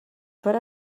para